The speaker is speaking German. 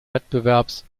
wettbewerbs